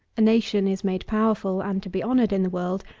a nation is made powerful and to be honoured in the world,